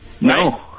No